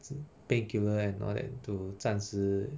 吃 painkiller and all that to 暂时